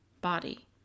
body